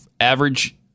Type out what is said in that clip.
average